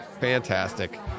fantastic